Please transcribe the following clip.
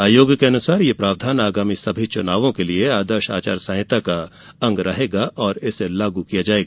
आयोग के अनुसार यह प्रावधान आगामी सभी चुनावों के लिए आदर्श आचार संहिता का अंग रहेगा और इसे लागू किया जाएगा